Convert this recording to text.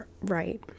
Right